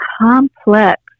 complex